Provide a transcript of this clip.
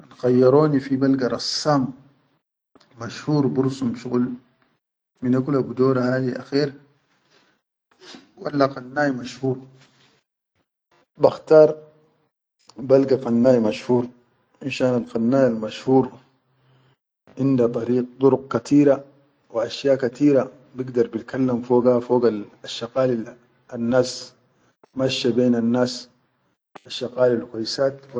Kan khayyaroni fi balga rassan, mashhur bi russul shuqul, minne kula bidawra hadi akhair walla kannai mashhur bakhtar balga kannia mashhur finshan al kannia mashhur inda dariq dur kateera wa ashya kateera gayyid bil kallam foga, fogal ashshaqalil annas masshe benannas ashshakalil kwaisat.